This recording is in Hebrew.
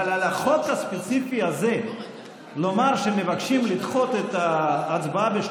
אבל לומר על החוק הספציפי הזה שמבקשים לדחות את ההצבעה עליו